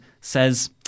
says